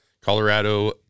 Colorado